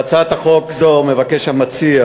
בהצעת חוק זו מבקש המציע,